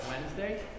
Wednesday